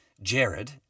Jared